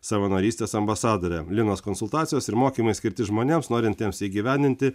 savanorystės ambasadorė linos konsultacijos ir mokymai skirti žmonėms norintiems įgyvendinti